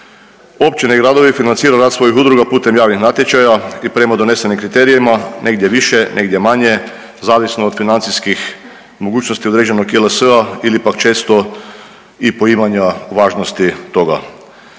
Općine i gradovi financiraju rad svojih udruga putem javnih natječaja i prema donesenim kriterijima negdje više, negdje manje zavisno od financijskih mogućnosti određenog JLS-a ili pak često i poimanja važnosti toga.